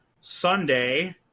Sunday